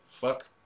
fuck